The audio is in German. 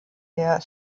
der